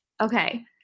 Okay